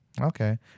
Okay